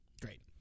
Great